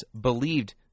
believed